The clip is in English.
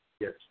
Yes